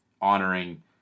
honoring